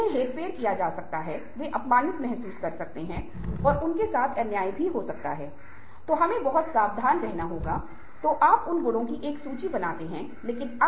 यदि हम लोगों के साथ सही व्यवहार करते हैं तो वे हमसे सही व्यवहार करेंगे कम से कम 90 प्रतिशत समय मे